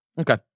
Okay